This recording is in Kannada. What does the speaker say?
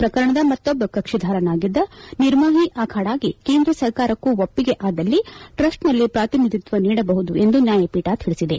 ಪ್ರಕರಣದ ಮತ್ತೊಬ್ಬ ಕಕ್ಷಿಧಾರನಾಗಿದ್ದ ನಿರ್ಮೋಹಿ ಅಖಾಡಗೆ ಕೇಂದ್ರ ಸರ್ಕಾರಕ್ಕೂ ಒಪ್ಪಿಗೆ ಆದ್ದಲ್ಲಿ ಟ್ರಸ್ಟನಲ್ಲಿ ಪ್ರಾತಿನಿಧಿತ್ವ ನೀಡಬಹುದು ಎಂದು ನ್ಯಾಯಪೀಠ ತಿಳಿಸಿದೆ